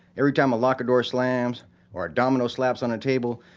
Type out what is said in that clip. every time a lock or door slams or a domino slaps on a table,